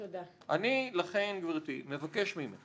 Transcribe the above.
אני, גבירתי, מבקש ממך